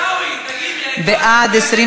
ההצעה להעביר את הצעת